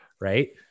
Right